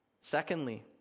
Secondly